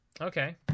Okay